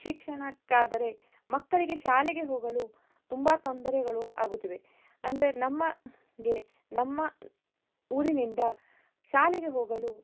ಶಿಕ್ಷಣಕ್ಕಾದರೆ ಮಕ್ಕಳಿಗೆ ಶಾಲೆಗೆ ಹೋಗಲು ತುಂಬ ತೊಂದರೆಗಳು ಆಗುತ್ತಿವೆ ಅಂದರೆ ನಮಗೆ ನಮ್ಮ ಊರಿನಿಂದ ಶಾಲೆಗೆ ಹೋಗಲು